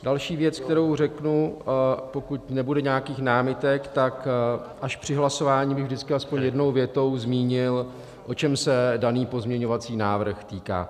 Další věc, kterou řeknu, pokud nebude nějakých námitek, tak až při hlasování bych vždycky aspoň jednou větou zmínil, čeho se daný pozměňovací návrh týká.